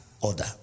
order